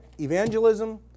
evangelism